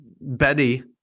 Betty